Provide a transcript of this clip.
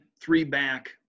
three-back